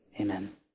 Amen